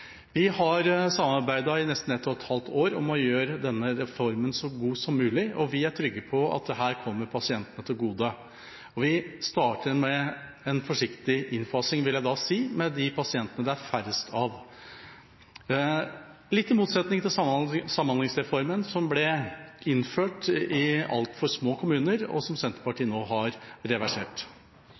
Vi har samarbeidet i nesten ett og et halvt år om å gjøre denne reformen så god som mulig, og vi er trygge på at dette kommer pasientene til gode. Vi starter med en forsiktig innfasing, vil jeg da si, med de pasientene det er færrest av, litt i motsetning til Samhandlingsreformen, som ble innført i altfor små kommuner, og som Senterpartiet nå har reversert.